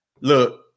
Look